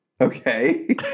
Okay